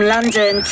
London